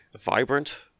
vibrant